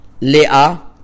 Le'a